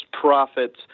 profits